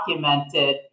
documented